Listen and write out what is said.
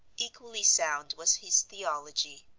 equally sound was his theology.